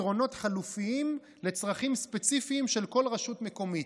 פתרונות חלופיים לצרכים ספציפיים של כל רשות מקומית,